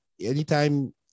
anytime